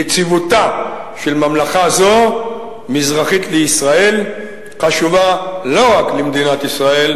יציבותה של ממלכה זו מזרחית לישראל חשובה לא רק למדינת ישראל,